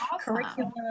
curriculum